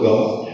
God